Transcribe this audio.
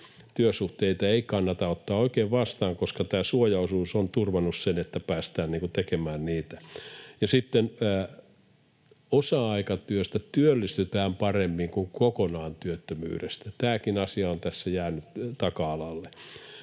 työsuhteita ei kannata ottaa oikein vastaan, koska tämä suojaosuus on turvannut sen, että päästään tekemään niitä. Osa-aikatyöstä työllistytään paremmin kuin kokonaan työttömyydestä, tämäkin asia on tässä jäänyt taka-alalle.